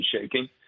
shaking